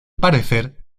parecer